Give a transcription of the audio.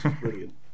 Brilliant